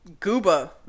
Gooba